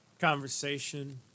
conversation